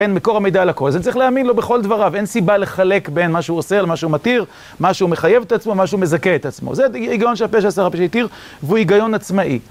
אין מקור המידע על הכל, אז זה צריך להאמין לו בכל דבריו, אין סיבה לחלק בין מה שהוא אוסר למה שהוא מתיר, מה שהוא מחייב את עצמו, מה שהוא מזכה את עצמו. זה היגיון שהפה שאסר הפה שהתיר והוא היגיון עצמאי.